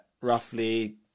roughly